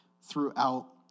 throughout